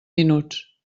minuts